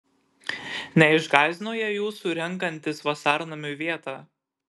neišgąsdino jie jūsų renkantis vasarnamiui vietą